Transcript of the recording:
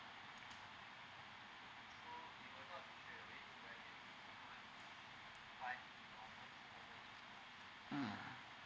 mm